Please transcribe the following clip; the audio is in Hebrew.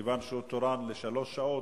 כיוון שהוא תורן לשלוש שעות,